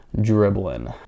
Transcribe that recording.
dribbling